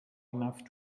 enough